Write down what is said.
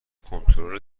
کنترل